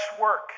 work